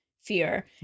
fear